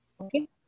Okay